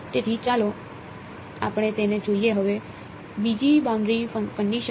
તેથી ચાલો આપણે તેને જોઈએ હવે બીજી બાઉન્ડરી કંડિશન બનવા જઈ રહી છે